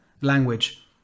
Language